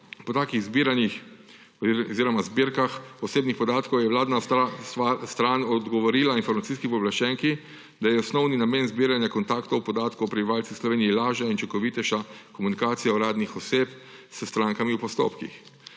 po takih zbirkah osebnih podatkov je vladna stran odgovorila informacijski pooblaščenki, da je osnovni namen zbiranja kontaktnih podatkov prebivalcev Slovenije lažja in učinkovitejša komunikacija uradnih oseb s strankami v postopkih.